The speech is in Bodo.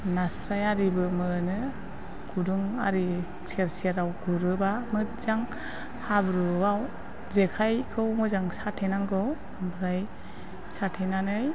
नास्राय आरिबो मोनो गुदुं आरि सेर सेराव गुरोब्ला मोजां हाब्रुआव जेखाइखौ मोजां साथेनांगौ ओमफ्राय साथेनानै